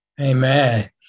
Amen